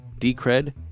Decred